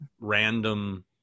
random